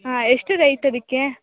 ಹಾಂ ಎಷ್ಟು ರೇಟ್ ಅದಕ್ಕೆ